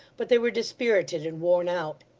but they were dispirited and worn out.